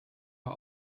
war